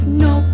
no